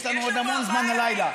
יש לנו עוד המון זמן הלילה.